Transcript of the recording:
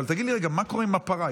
אבל תגיד לי רגע, מה קורה עם הפרה?